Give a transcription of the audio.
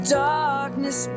darkness